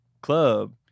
club